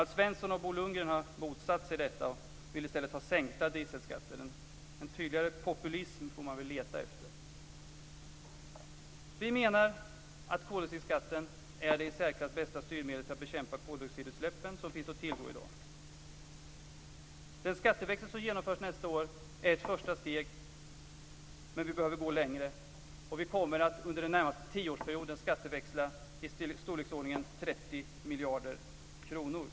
Alf Svensson och Bo Lundgren har motsatt sig detta och vill i stället ha sänkta dieselskatter. Den skatteväxling som genomförs nästa år är ett första steg, men vi behöver gå längre. Under den närmaste tioårsperioden kommer vi att skatteväxla i storleksordningen 30 miljarder kronor.